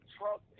Trump